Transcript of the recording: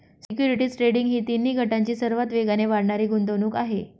securities trading ही तिन्ही गटांची सर्वात वेगाने वाढणारी गुंतवणूक आहे